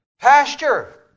pasture